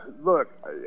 Look